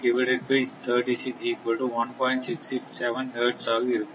hertz ஆக இருக்கும்